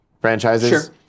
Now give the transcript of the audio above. franchises